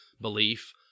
belief